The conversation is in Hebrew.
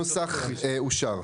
הנוסח אושר.